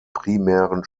primären